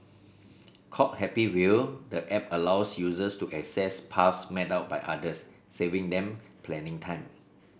called Happy Wheel the app allows users to access paths mapped out by others saving them planning time